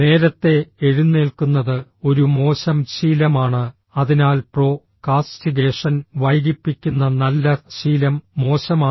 നേരത്തെ എഴുന്നേൽക്കുന്നത് ഒരു മോശം ശീലമാണ് അതിനാൽ പ്രോ കാസ്റ്റിഗേഷൻ വൈകിപ്പിക്കുന്ന നല്ല ശീലം മോശമാണ്